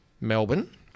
Melbourne